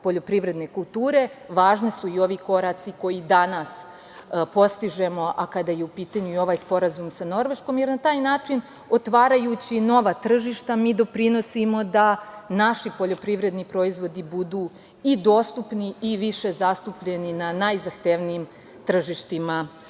poljoprivredne kulture, važni su i ovi koraci koji danas postižemo, a kada je u pitanju ovaj sporazum sa Norveškom, jer na taj način otvarajući nova tržišta mi doprinosimo da naši poljoprivredni proizvodi budu i dostupni i više zastupljeni na najzahtevnijim tržištima